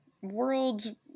world